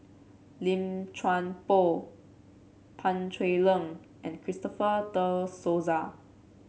Lim Chuan Poh Pan Cheng Lui and Christopher De Souza